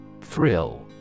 Thrill